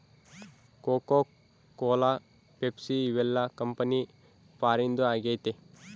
cocoa Cola Pepsi ಇವೆಲ್ಲ company ಫಾರಿನ್ದು ಆಗೈತೆ